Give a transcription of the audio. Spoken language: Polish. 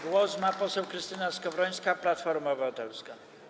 Głos ma poseł Krystyna Skowrońska, Platforma Obywatelska.